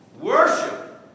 worship